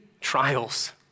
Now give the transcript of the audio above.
trials